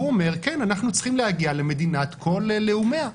הוא אומר: אנחנו צריכים להגיע למדינת כל לאומיה.